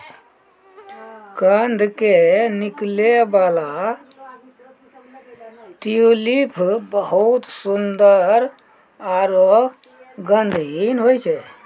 कंद के निकलै वाला ट्यूलिप बहुत सुंदर आरो गंधहीन होय छै